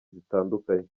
zitandukanye